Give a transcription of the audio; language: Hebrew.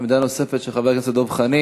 עמדה נוספת של חבר הכנסת דב חנין.